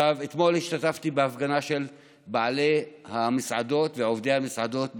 אתמול השתתפתי בהפגנה של בעלי המסעדות ועובדי המסעדות בחיפה,